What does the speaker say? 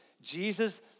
Jesus